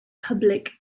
public